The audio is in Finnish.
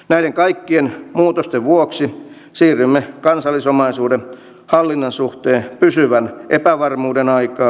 näiden kaikkien muutosten vuoksi siirrymme kansallisomaisuuden hallinnan suhteen pysyvän epävarmuuden aikaan